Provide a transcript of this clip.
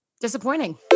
disappointing